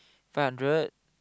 five hundred